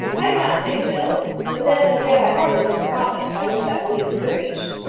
i do not say so but then as yet i hardly know the process by which that belief has been reached.